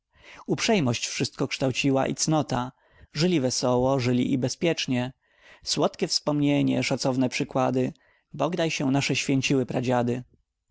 uprzejmość wszystko kształciła i cnota żyli wesoło żyli i bezpiecznie słodkie wspomnienie szacowne przykłady bogdaj się nasze święciły pradziady